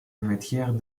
matière